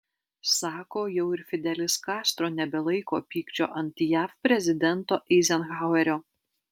sako jau ir fidelis kastro nebelaiko pykčio ant jav prezidento eizenhauerio